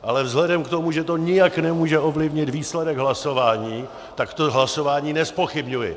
Ale vzhledem k tomu, že to nijak nemůže ovlivnit výsledek hlasování, tak to hlasování nezpochybňuji.